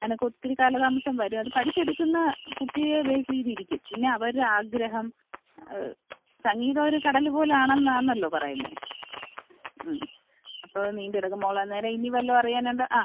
അതിനൊക്കെ ഒത്തിരി കാലതാമസം വരും അത് പഠിച്ചെടുക്കുന്ന കുട്ടിയെ ബേസ് ചെയ്തിരിക്കും പിന്നെ അവരുടെ ആഗ്രഹം സംഗീതം ഒരു കടല് പോലെയാണെന്നാന്നല്ലോ പറയുന്നത് ഉം ഉം അപ്പോൾ നീണ്ട് കിടക്കും മോൾ അന്നേരം ഇനി വല്ലതും അറിയാനുണ്ടോ ആ